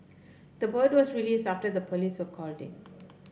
the bird was released after the police were called in